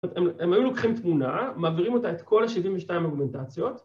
‫הם היו לוקחים תמונה, מעבירים אותה ‫את כל ה-72 אוגמנטציות.